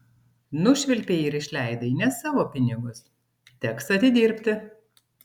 nušvilpei ir išleidai ne savo pinigus teks atidirbti